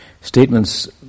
Statements